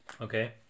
Okay